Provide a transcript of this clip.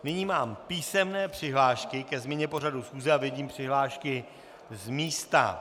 Nyní mám písemné přihlášky ke změně pořadu schůze a vidím přihlášky z místa.